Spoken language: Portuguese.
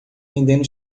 vendendo